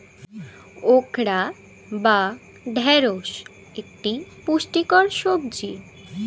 okra বা ঢ্যাঁড়স একটি পুষ্টিকর সবজি